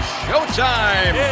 showtime